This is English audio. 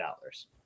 dollars